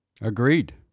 Agreed